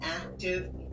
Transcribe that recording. active